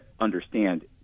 understand